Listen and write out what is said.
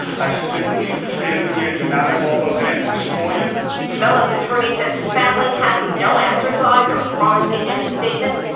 i simply standing here do not have all those answers for you. reporter comello's attorney says his family has no answers either, promising in a statement,